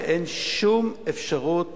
ואין שום אפשרות